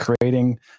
creating